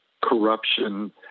corruption